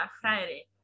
Friday